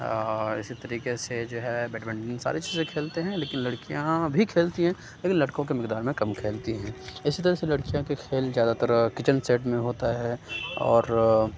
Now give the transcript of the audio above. اِسی طریقے سے جو ہے بیڈمنٹن ساری چیزیں کھیلتے ہیں لیکن لڑکیاں بھی کھیلتی ہیں لیکن لڑکوں کے مقدار میں کم کھیلتی ہیں اِسی طرح سے لڑکیوں کے کھیل زیادہ تر کچن سیٹ میں ہوتا ہے اور